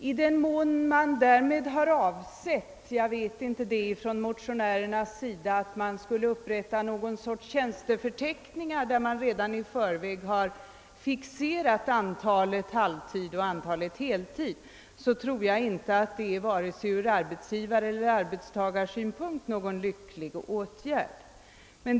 I den mån motionärerna därmed har avsett — jag vet inte det — att det skulle upprättas någon sorts tjänsteförteckningar, där man redan i förväg fixerat antalet halvtidsoch antalet heltidstjänster, tror jag inte att det ur vare sig arbetsgivareller arbetsta garsynpunkt vore någon lycklig åtgärd.